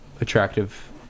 attractive